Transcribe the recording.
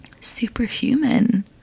superhuman